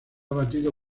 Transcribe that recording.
abatido